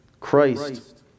Christ